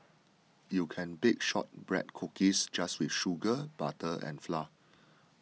you can bake Shortbread Cookies just with sugar butter and flour